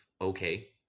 okay